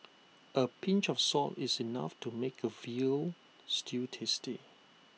A pinch of salt is enough to make A Veal Stew tasty